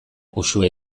uxue